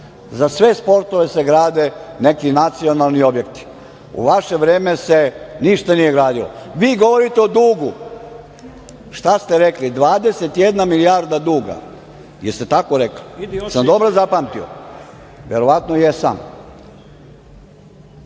Za sve sportove se grade neki nacionalni objekti. U vaše vreme se ništa nije gradilo. Vi govorite o dugu. Šta ste rekli, 21 milijarda duga, jeste li tako rekli, jesam dobro zapamtio? Verovatno jesam.